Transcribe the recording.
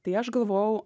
tai aš galvojau